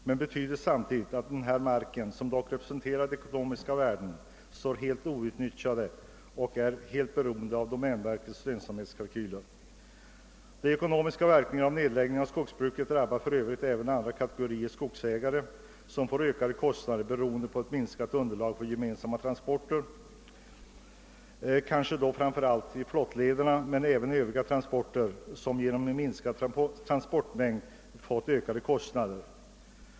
Men det betyder samtidigt att denna mark — som dock representerar ekonomiska värden — står helt outnyttjad och är helt beroende av domänverkets lönsamhetskalkyler. De ekonomiska verkningarna av nedläggningen av skogsbruket drabbar för övrigt även andra kategorier skogsägare, som får ökade kostnader beroende på ett minskat underlag för gemensamma transporter — kanske framför allt i flottlederna. Men även för övriga transportsätt har på grund av en minskad virkesmängd uppstått ökade kostnader.